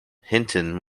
hinton